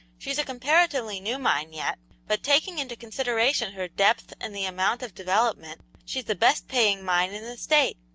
she's a comparatively new mine yet, but taking into consideration her depth and the amount of development, she's the best-paying mine in the state.